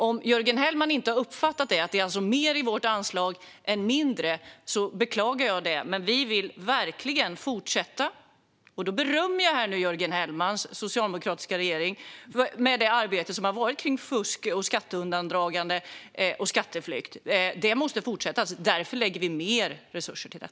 Om Jörgen Hellman inte har uppfattat att vårt anslag är större och inte mindre beklagar jag det. Men vi vill verkligen fortsätta - och då berömmer jag här Jörgen Hellmans socialdemokratiska regering - det arbete som har varit kring fusk, skatteundandragande och skatteflykt. Detta måste fortsätta, och därför lägger vi mer resurser till det.